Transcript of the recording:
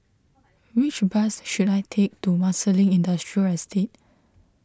which bus should I take to Marsiling Industrial Estate